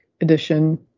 edition